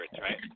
right